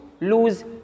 lose